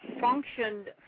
functioned